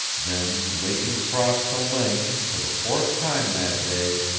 then leighton crossed to link, for the fourth time that day,